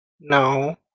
No